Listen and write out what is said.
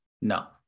No